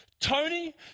Tony